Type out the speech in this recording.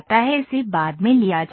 इसे बाद में लिया जाता है